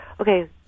okay